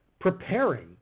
preparing